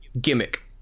gimmick